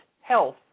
health